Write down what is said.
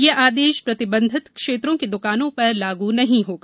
यह आदेश प्रतिबंधित क्षेत्र की दुकानों पर लागू नहीं होगा